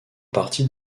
partie